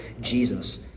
Jesus